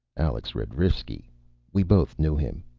alex radrivsky. we both knew him.